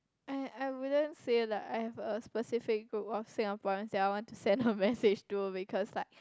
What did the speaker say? I I wouldn't say like I have a specific group of Singaporeans that I want to send her message to because like